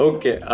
Okay